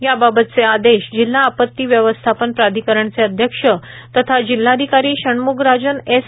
याबाबतचे आदेश वाशिम जिल्हा आपती व्यवस्थापन प्राधिकरणचे अध्यक्ष तथा जिल्हाधिकारी षण्म्गराजन एस